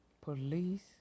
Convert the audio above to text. police